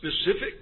specific